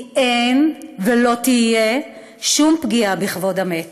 שאין ולא תהיה שום פגיעה בכבוד המת,